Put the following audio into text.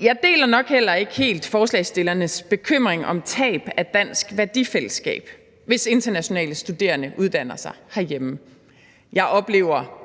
Jeg deler nok heller ikke helt forslagsstillernes bekymring om tab af dansk værdifællesskab, hvis internationale studerende uddanner sig herhjemme. Jeg oplever